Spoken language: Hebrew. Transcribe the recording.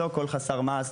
לא כל חסר מעש,